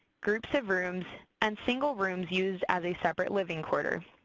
groups of rooms, and single rooms used as a separate living quarter.